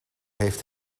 heeft